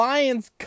Lions